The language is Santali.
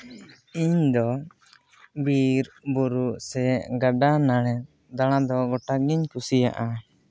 ᱤᱧᱫᱚ ᱵᱤᱨᱼᱵᱩᱨᱩ ᱥᱮ ᱜᱟᱰᱟ ᱱᱟᱹᱲᱤ ᱫᱟᱬᱟᱱ ᱫᱚ ᱜᱳᱴᱟᱜᱤᱧ ᱠᱩᱥᱤᱭᱟᱜᱼᱟ